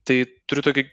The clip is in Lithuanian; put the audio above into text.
tai turiu tokį